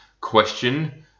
question